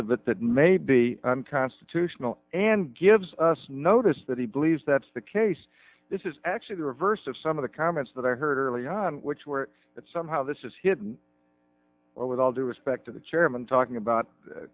of it that may be unconstitutional and gives us notice that he believes that's the case this is actually the reverse of some of the comments that i heard early on which were that somehow this is hidden or with all due respect to the chairman talking about